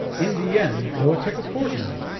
in the end, though it took a fortnight,